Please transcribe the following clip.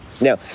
Now